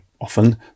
often